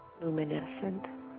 luminescent